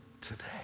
today